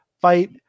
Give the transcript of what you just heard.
Fight